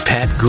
Pat